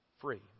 free